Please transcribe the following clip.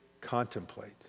contemplate